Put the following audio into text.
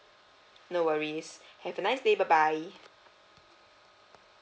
no worries have a nice day bye bye